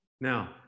Now